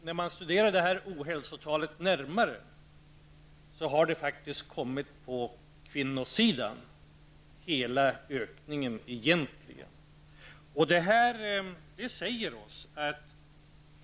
När man studerar det här ohälsotalet närmare, finner man att hela ökningen egentligen har kommit på kvinnosidan.